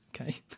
okay